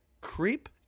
creep